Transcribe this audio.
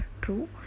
true